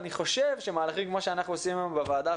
אני חושב שמהלכים כמו שאנחנו עושים היום בוועדה,